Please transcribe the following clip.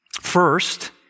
First